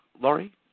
Laurie